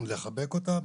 לחבק אותם